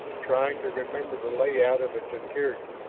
trying to remember the layout of its interior.